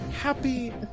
Happy